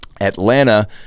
Atlanta